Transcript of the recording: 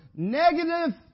Negative